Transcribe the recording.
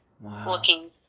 looking